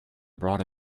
brought